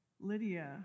Lydia